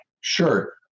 Sure